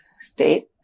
state